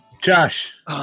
Josh